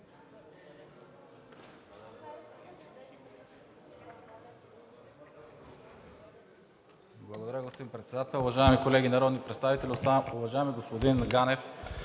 Благодаря, господин Председател. Уважаеми колеги народни представители! Уважаеми господин Ганев,